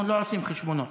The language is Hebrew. אנחנו לא עושים חשבונות.